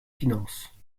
finances